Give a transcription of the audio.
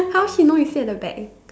how she know you sit at the back